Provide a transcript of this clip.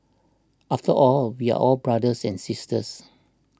after all we are all brothers and sisters